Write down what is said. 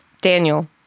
Daniel